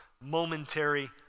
momentary